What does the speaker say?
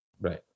right